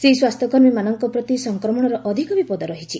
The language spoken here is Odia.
ସେହି ସ୍ୱାସ୍ଥ୍ୟକର୍ମୀମାନଙ୍କ ପ୍ରତି ସଂକ୍ରମଣର ଅଧିକ ବିପଦ ରହିଛି